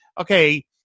okay